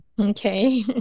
okay